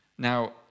Now